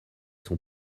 son